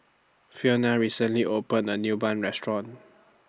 Fiona recently opened A New Bun Restaurant